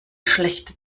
schlechte